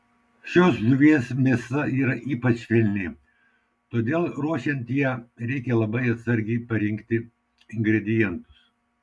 šios žuvies mėsa yra ypač švelni todėl ruošiant ją reikia labai atsargiai parinkti ingredientus